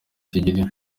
kigira